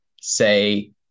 say